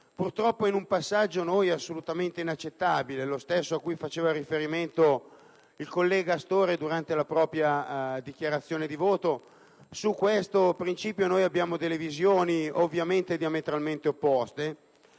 però presente un passaggio assolutamente inaccettabile per noi, lo stesso a cui faceva riferimento il collega Astore durante la propria dichiarazione di voto; su questo principio abbiamo delle visioni, ovviamente, diametralmente opposte.